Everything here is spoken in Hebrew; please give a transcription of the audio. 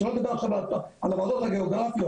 שלא נדבר עכשיו על הוועדות הגיאוגרפיות,